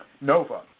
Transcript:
Nova